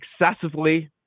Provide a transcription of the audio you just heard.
excessively